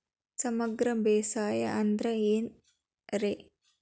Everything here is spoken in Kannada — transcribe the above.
ಸಮಗ್ರ ಬೇಸಾಯ ಅಂದ್ರ ಏನ್ ರೇ?